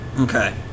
Okay